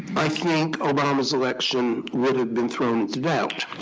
i think obama's election would have been thrown into doubt.